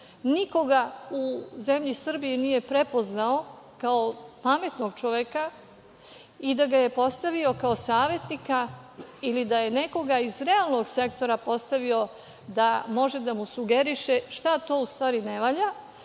nikoga u zemlji Srbiji nije prepoznao kao pametnog čoveka i da ga je postavio kao savetnika ili da je nekoga iz realnog sektora postavio da može da mu sugeriše šta to u stvari ne valja,